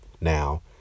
Now